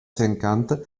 cinquante